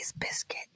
biscuit